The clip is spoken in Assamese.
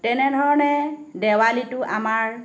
তেনেধৰণে দেৱালীটো আমাৰ